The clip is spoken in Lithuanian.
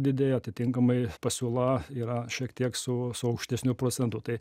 didėja atitinkamai pasiūla yra šiek tiek su su aukštesniu procentu tai